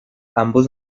ambos